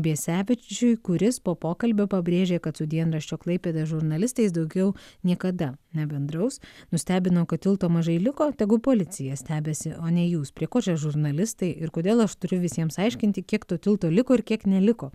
biesevičiui kuris po pokalbio pabrėžė kad su dienraščio klaipėda žurnalistais daugiau niekada nebendraus nustebino kad tilto mažai liko tegu policija stebisi o ne jūs prie ko čia žurnalistai ir kodėl aš turiu visiems aiškinti kiek to tilto liko ir kiek neliko